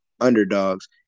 underdogs